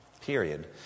period